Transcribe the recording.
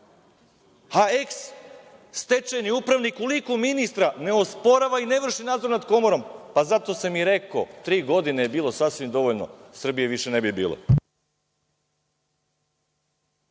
eks stečajni upravnik u liku ministra osporava i ne vrši nadzor nad Komorom. Zato sam i rekao – tri godine je bilo sasvim dovoljno, Srbije više ne bilo.